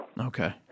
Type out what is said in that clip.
Okay